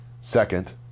Second